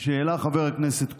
שהעלה חבר הכנסת כהן,